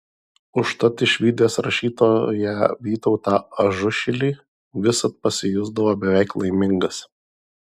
užtat išvydęs rašytoją vytautą ažušilį visad pasijusdavo beveik laimingas